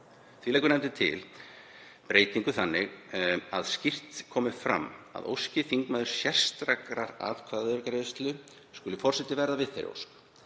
Því leggur nefndin til breytingu þannig að skýrt komi fram að óski þingmaður sérstakrar atkvæðagreiðslu skuli forseti verða við þeirri ósk,